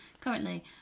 Currently